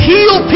Heal